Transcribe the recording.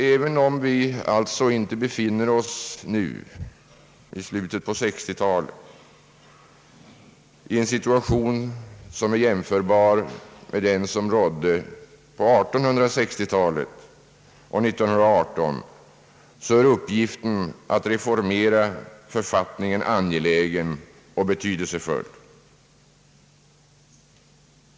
Även om vi alltså nu, i slutet av 1960 talet, inte befinner oss i en situation som är jämförbar med den som rådde på 1860-talet eller 1918 är uppgiften att reformera författningen angelägen och betydelsefull.